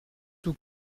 tout